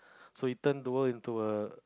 so he turn the world into a